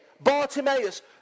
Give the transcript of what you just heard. Bartimaeus